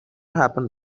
happened